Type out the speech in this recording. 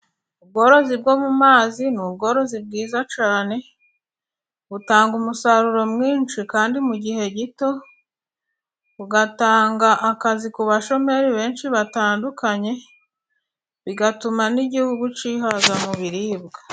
Ubworozi bwo mu mazi ni ubworozi bwiza cyane ,butanga umusaruro mwinshi kandi mu gihe gito, bugatanga akazi ku bashomeri benshi batandukanye, bigatuma n'igihugu cyihaza mu biribwa.